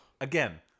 Again